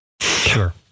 sure